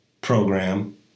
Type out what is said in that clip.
program